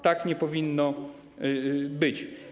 Tak nie powinno być.